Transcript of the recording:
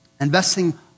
Investing